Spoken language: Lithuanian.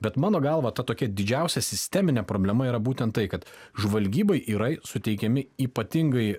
bet mano galva ta tokia didžiausia sisteminė problema yra būtent tai kad žvalgybai yra suteikiami ypatingai